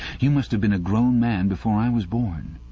you must have been a grown man before i was born.